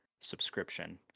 subscription